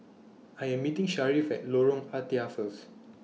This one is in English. I Am meeting Sharif At Lorong Ah Thia First